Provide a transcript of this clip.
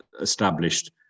established